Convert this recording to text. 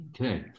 Okay